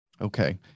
Okay